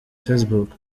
facebook